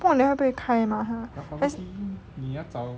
不懂会不会开吗他